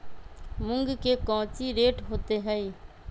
मूंग के कौची रेट होते हई?